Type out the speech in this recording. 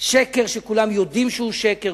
שקר שכולם יודעים שהוא שקר,